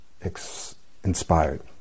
inspired